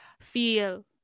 feel